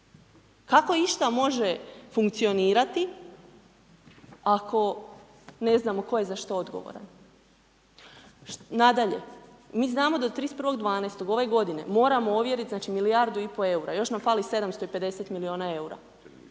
Kako išta može funkcionirati ako ne znamo tko je za što odgovoran? Nadalje, mi znamo da do 31.12. ove godine moramo ovjeriti znači milijardu i pol eura, još nam fali 750 milijuna eura.